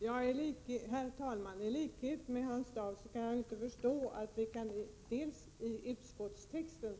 Herr talman! I likhet med Hans Dau kan jag inte förstå varför det i utskottstexten